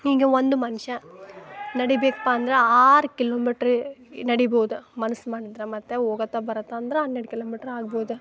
ಹೀಗೆ ಒಂದು ಮನುಷ್ಯ ನಡಿಬೇಕಪ್ಪ ಅಂದ್ರೆ ಆರು ಕಿಲೋಮಿಟ್ರ್ ನಡಿಬೋದು ಮನ್ಸು ಮಾಡಿದ್ರೆ ಮತ್ತು ಹೋಗುತ್ತ ಬರುತ್ತ ಅಂದ್ರೆ ಹನ್ನೆರಡು ಕಿಲೋಮೀಟ್ರ್ ಆಗ್ಬೋದು